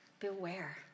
Beware